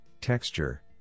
texture